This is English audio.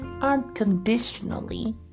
unconditionally